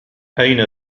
أين